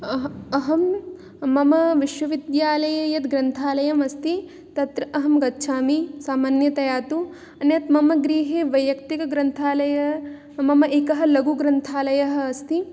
अह अहं मम विश्वविद्यालये यत् ग्रन्थालयमस्ति तत्र अहं गच्छामि सामान्यतया तु अन्यत् मम गृहे वैयक्तिकग्रन्थालयः मम एकः लघुग्रन्थालयः अस्ति